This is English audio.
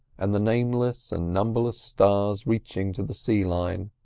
and the nameless and numberless stars reaching to the sea-line,